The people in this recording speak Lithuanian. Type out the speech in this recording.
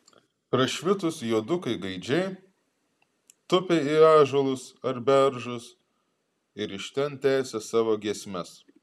prašvitus juodukai gaidžiai tūpė į ąžuolus ar beržus ir iš ten tęsė savo giesmes